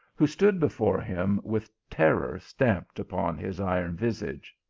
who stood before him with terror stamped upon his iron visage.